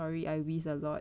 sorry I wheeze a lot